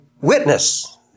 witness